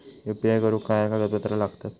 UPI करुक काय कागदपत्रा लागतत?